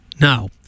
Now